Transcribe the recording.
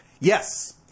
Yes